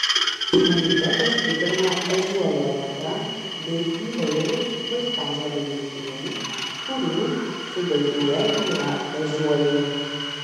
imunitetą stiprina ežiuolių arbata bei įvairūs vaistažolių mišiniai kurių sudėtyje yra ežiuolių